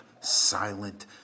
silent